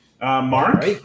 Mark